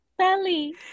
Sally